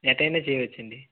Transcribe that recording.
ఎట్లయిన చేయ వచ్చండి